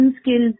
skills